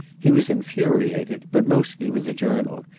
he was infuriated, but mostly with the journal,